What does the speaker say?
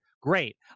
Great